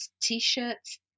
T-shirts